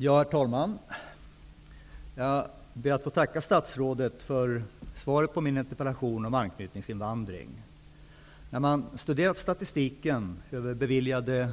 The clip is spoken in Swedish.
Herr talman! Jag ber att få tacka statsrådet för svaret på min interpellation om anknytningsinvandring. Av statistiken över beviljade